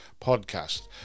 podcast